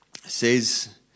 says